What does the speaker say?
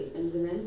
mm